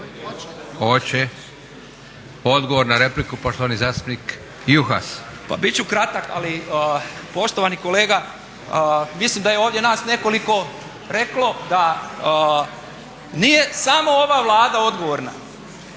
Hoće? Odgovor na repliku poštovani zastupnik Juhas.